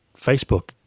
Facebook